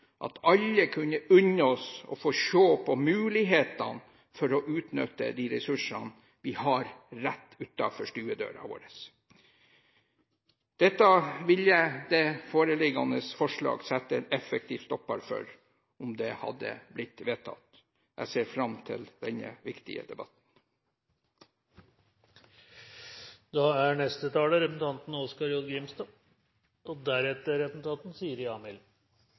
at alle kunne unne oss å se på mulighetene for å utnytte de ressursene vi har rett utenfor stuedøra vår. Dette ville det foreliggende forslaget sette en effektiv stopper for om det hadde blitt vedtatt. Jeg ser fram til denne viktige debatten. Framstegspartiet er